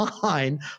fine